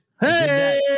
Hey